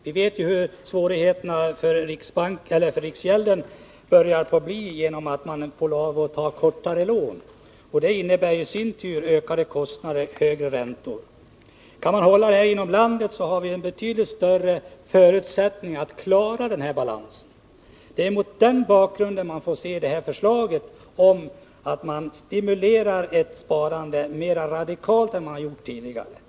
Vi vet hur svårt det börjar bli för riksgäldskontoret genom att man får lov att ta upp kortare lån, vilket i sin tur innebär ökade kostnader och högre ränta. Kan vi hålla upplåningen inom landet, har vi betydligt större förutsättningar att klara balansen. Det är mot den bakgrunden man får se det här förslaget om att stimulera ett sparande mera radikalt än vi har gjort tidigare.